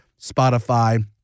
Spotify